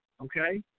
okay